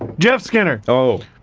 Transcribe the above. jeff skinner. oh.